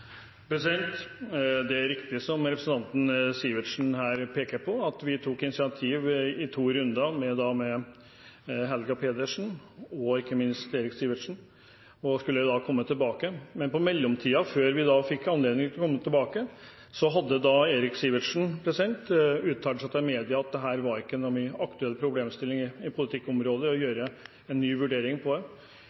Det er riktig som representanten Sivertsen her peker på, at vi tok initiativ i to runder – med Helga Pedersen og ikke minst med Eirik Sivertsen – og vi skulle da komme tilbake. Men i mellomtiden, før vi fikk anledning til å komme tilbake, så hadde Eirik Sivertsen uttalt seg til media om at det ikke var noen aktuell problemstilling i politikkområdet å gjøre en ny vurdering av det.